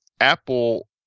Apple